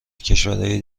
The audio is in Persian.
کشورای